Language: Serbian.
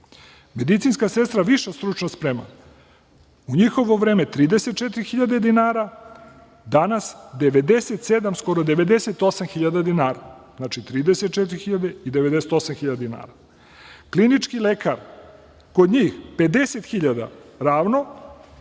Medicinska sestra viša stručna sprema u njihovo vreme 34.000 dinara, danas 97 skoro 98.000 dinara. Znači, 34.000 i 98.000 dinara. Klinički lekar kod njih 50.000 ravno,